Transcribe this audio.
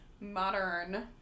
modern